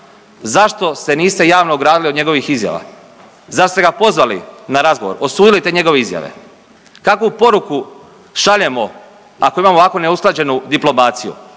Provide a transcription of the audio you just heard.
Zašto se niste javno ogradili od njegovih izjava? Zašto ste ga pozvali na razgovor, osudili te njegove izjave? Kakvu poruku šaljemo ako imamo ovako neusklađenu diplomaciju?